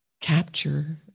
capture